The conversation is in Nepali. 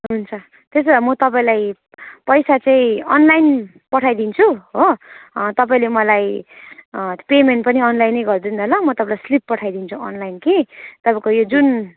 हुन्छ त्यसोभए म तपाईँलाई पैसा चाहिँ अनलाइन पठाइदिन्छु हो तपाईँले मलाई पेमेन्ट पनि अनलाइनै गरिदिनु न ल म तपाईँलाई स्लिप पठाइदिन्छु अनलाइन कि तपाईँको यो जुन